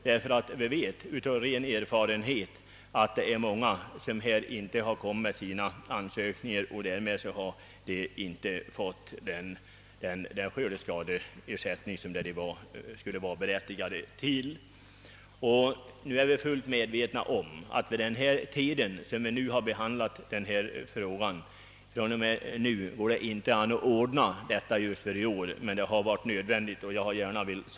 Vi vet nämligen av erfarenhet, att det är många som inte har lämnat in ansökan och därför inte har fått den skördeskadeersättning som de skulle vara berättigade till. Vi är fullt medvetna om att det med hänsyn till den tidpunkt vid vilken vi nu befinner oss inte går att ordna detta från och med i år.